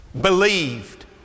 believed